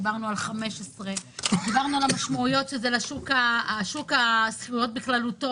דיברנו על 15 שנים ודיברנו על המשמעויות של זה לשוק השכירות בכללותו,